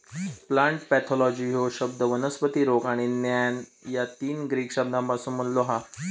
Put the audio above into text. plant pathology ह्यो शब्द वनस्पती रोग आणि ज्ञान या तीन ग्रीक शब्दांपासून बनलो हा